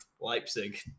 Leipzig